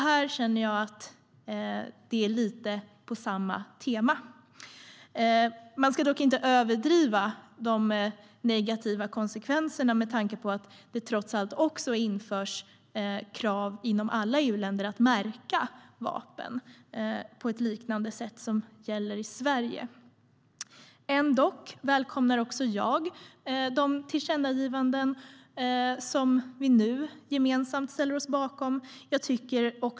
Jag känner att det är lite på samma tema här. Jag ska dock inte överdriva de negativa konsekvenserna med tanke på att det också införs krav inom alla EU-länder att märka vapen på liknande sätt som gäller i Sverige. Jag välkomnar de tillkännagivanden som vi gemensamt ställer oss bakom.